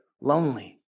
lonely